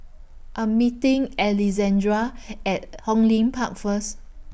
I'm meeting Alejandra At Hong Lim Park First